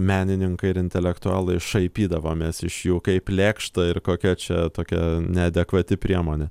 menininkai ir intelektualai šaipydavomės iš jų kaip lėkšta ir kokia čia tokia neadekvati priemonė